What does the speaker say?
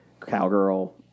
cowgirl